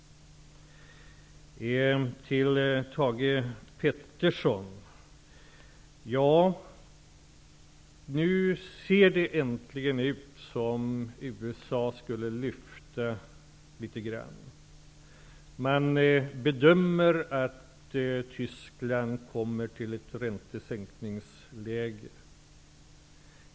Till Thage Peterson vill jag säga att det nu äntligen ser ut som om USA skulle lyfta litet grand. Man bedömer att Tyskland kommer till ett räntesänkningsläge.